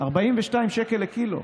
42 שקל לקילו.